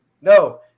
No